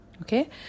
Okay